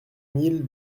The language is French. mille